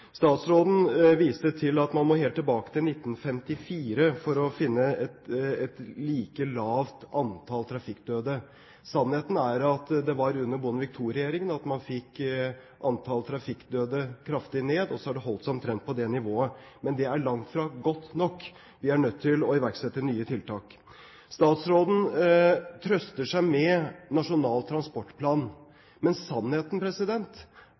Statsråden viste til at man må helt tilbake til 1954 for å finne et like lavt antall trafikkdøde. Sannheten er at det var under Bondevik II-regjeringen at man fikk antall trafikkdøde kraftig ned, og så har det holdt seg omtrent på det nivået. Men det er langt fra godt nok. Vi er nødt til å iverksette nye tiltak. Statsråden trøster seg med Nasjonal transportplan. Men sannheten